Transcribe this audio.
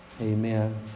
Amen